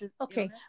Okay